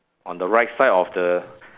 on the right side of the